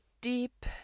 deep